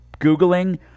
Googling